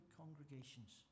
congregations